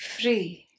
free